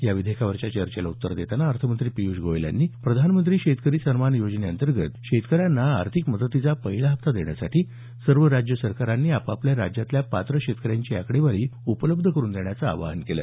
या विधेयकावरच्या चर्चेला उत्तर देताना अर्थमंत्री पिय्ष गोयल यांनी प्रधानमंत्री शेतकरी सन्मान योजनेअंतर्गत शेतकऱ्यांना आर्थिक मदतीचा पहिला हप्ता देण्यासाठी सर्व राज्य सरकारांनी आपापल्या राज्यातल्या पात्र शेतकऱ्यांची आकडेवारी उपलब्ध करून देण्याचं आवाहन केलं